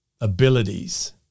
abilities